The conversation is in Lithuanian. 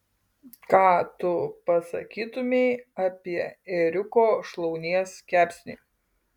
ką tu pasakytumei apie ėriuko šlaunies kepsnį